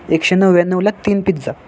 एकशे नव्याण्णवला तीन पिझ्झा